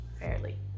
fairly